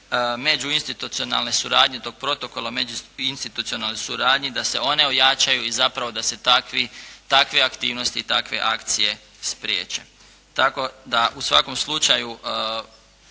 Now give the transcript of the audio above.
međuinstitucionalne suradnje, tog protokola o međuinstitucionalnoj suradnji, da se one ojačaju i zapravo da se takve aktivnosti i takve akcije spriječe. Tako da u svakom slučaju